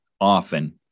often